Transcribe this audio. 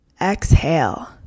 exhale